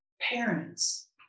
parents